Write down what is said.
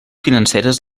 financeres